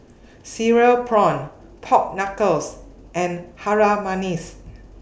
Cereal Prawns Pork Knuckles and Harum Manis